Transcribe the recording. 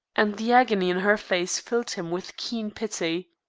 and the agony in her face filled him with keen pity.